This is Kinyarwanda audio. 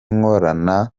nkorana